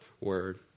word